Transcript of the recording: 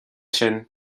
sin